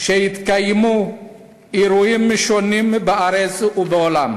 שיתקיימו אירועים שונים בארץ ובעולם,